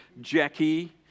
Jackie